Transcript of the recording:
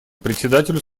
председателю